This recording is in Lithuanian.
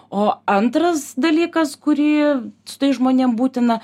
o antras dalykas kurį su tais žmonėm būtina